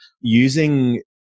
using